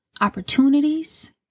opportunities